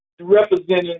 representing